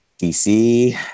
DC